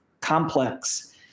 complex